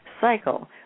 cycle